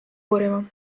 uurima